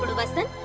but listen